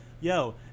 yo